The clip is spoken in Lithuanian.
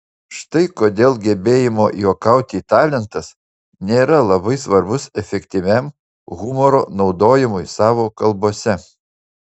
štai kodėl gebėjimo juokauti talentas nėra labai svarbus efektyviam humoro naudojimui savo kalbose